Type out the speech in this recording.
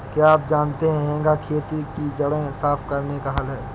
क्या आप जानते है हेंगा खेत की जड़ें साफ़ करने का हल है?